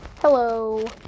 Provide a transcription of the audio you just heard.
Hello